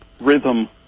rhythm